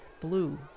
Blue